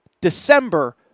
December